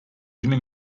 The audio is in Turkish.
yirmi